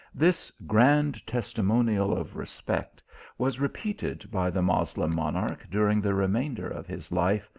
this grand testimonial of respect was repeated by the moslem monarch during the remainder of his life,